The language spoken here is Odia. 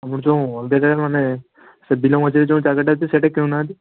ଆମର ଯେଉଁ ଅଲଗା ଜାଗା ମାନେ ସେ ବିଲ ମଝିରେ ଯେଉଁ ଜାଗାଟା ଅଛି ସେଇଟା କିଣୁନାହାଁନ୍ତି